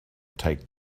take